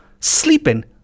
sleeping